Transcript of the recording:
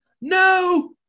No